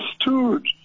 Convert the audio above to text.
stood